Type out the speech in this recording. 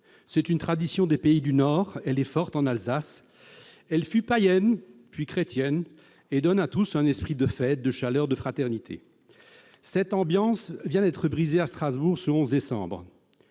Cette tradition des pays du Nord est forte en Alsace. Elle fut païenne, puis chrétienne et donne à tous un esprit de fête, de chaleur et de fraternité. Cette ambiance vient d'être brisée à Strasbourg en ce 11 décembre.